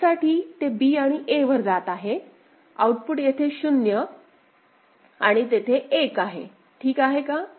f साठी ते b आणि a वर जात आहे आउटपुट येथे 0 आणि तेथे 1 आहे ठीक आहे का